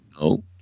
no